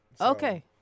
Okay